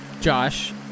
Josh